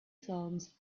songs